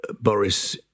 Boris